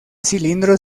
cilindro